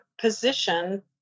position